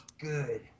good